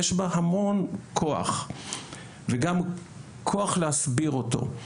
יש בה המון כוח וגם כוח להסביר אותו,